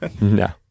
No